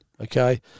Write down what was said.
okay